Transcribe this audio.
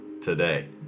today